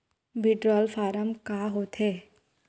Withdrawal form का होथे?